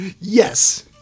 Yes